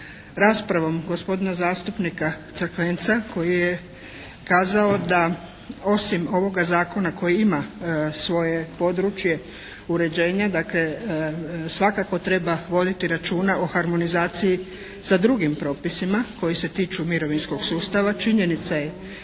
raspravom gospodina zastupnika Crkvenca koji je kazao da osim ovoga Zakona koji ima svoje područje uređenja, dakle svakako treba voditi računa o harmonizaciji sa drugim propisima koji se tiču mirovinskog sustava činjenica je